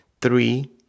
three